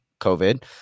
COVID